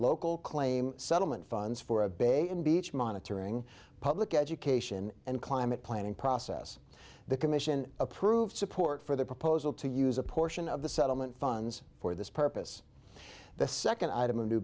local claim settlement funds for a bay and beach monitoring public education and climate planning process the commission approved support for the proposal to use a portion of the settlement funds for this purpose the second item a new